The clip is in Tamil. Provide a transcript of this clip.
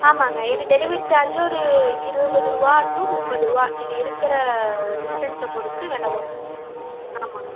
ஆமாம்ங்க ஏன்னா டெலிவரி சார்ஜு ஒரு இருபதுருவா டூ முப்பதுருவா நீங்கள் இருக்கிற டிஸ்டன்ஸை பொறுத்து வில வரும் ஆமாங்க